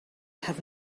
have